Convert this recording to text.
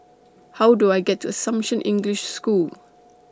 How Do I get to Assumption English School